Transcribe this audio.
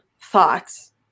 thoughts